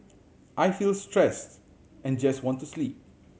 I feel stressed and just want to sleep